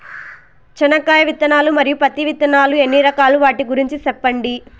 చెనక్కాయ విత్తనాలు, మరియు పత్తి విత్తనాలు ఎన్ని రకాలు వాటి గురించి సెప్పండి?